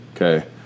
okay